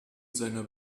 seiner